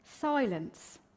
Silence